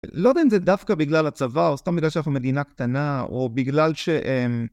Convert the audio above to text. לא דווקא בגלל הצבא, או סתם בגלל שאנחנו מדינה קטנה, או בגלל ש...